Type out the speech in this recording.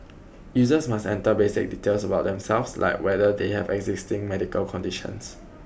users must enter basic details about themselves like whether they have existing medical conditions